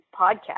podcast